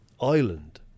island